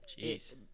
Jeez